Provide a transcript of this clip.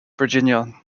virginia